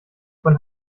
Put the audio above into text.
von